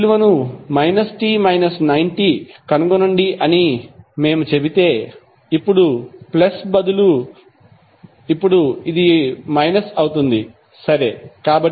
sign విలువను కనుగొనండి అని మేము చెబితే ఇప్పుడు ప్లస్ బదులు ఇప్పుడు ఇది యొక్క మైనస్ అవుతుంది సరియైనది